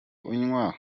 unywa